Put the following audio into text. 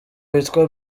witwa